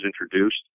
introduced